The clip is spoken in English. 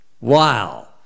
Wow